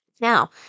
Now